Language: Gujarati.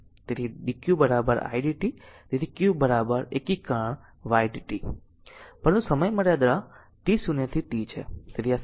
તેથી dq idt તેથી q એકીકરણ ydt પરંતુ સમય મર્યાદા t0 થી t છે